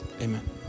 amen